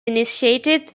initiated